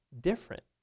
different